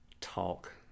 Talk